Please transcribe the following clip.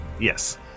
Yes